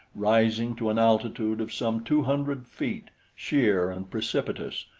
rising to an altitude of some two hundred feet, sheer and precipitous,